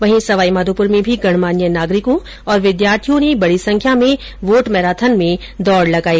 वहीं सवाईमाधोपुर में भी गणमान्य नागरिकों और विद्यार्थियों ने बडी संख्या में वोट मैराथन में दौड़ लगाई